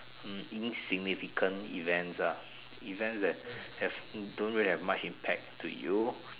hmm insignificant events ah events that have don't really have much impact to you